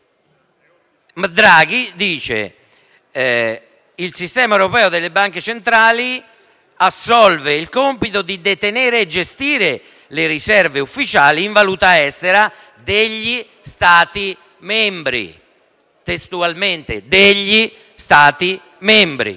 Draghi afferma che il Sistema europeo di banche centrali assolve il compito di «detenere e gestire le riserve ufficiali in valuta estera degli Stati membri»; sottolineo testualmente «degli Stati membri».